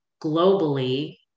globally